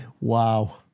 Wow